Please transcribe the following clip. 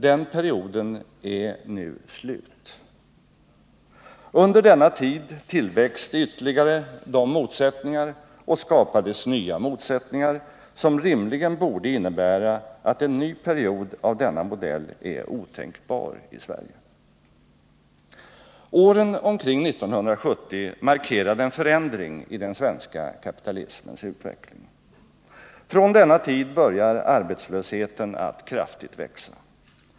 Den perioden är nu slut. Under denna tid tillväxte ytterligare de motsättningar, och skapades nya motsättningar, som rimligen borde innebära att en ny period av denna modell är otänkbar i Sverige. Åren omkring 1970 markerade en förändring i den svenska kapitalismens utveckling. Från denna tid börjar arbetslösheten att kraftigt växa.